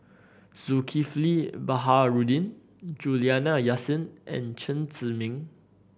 Zulkifli Baharudin Juliana Yasin and Chen Zhiming